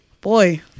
Boy